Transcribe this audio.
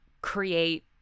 create